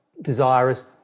desirous